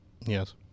Yes